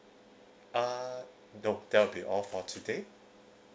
uh no that will be all for today